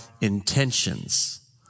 intentions